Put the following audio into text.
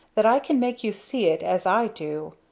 that i can make you see it as i do.